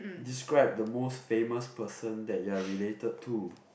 describe the most famous person that you are related to